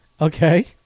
Okay